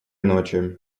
ночи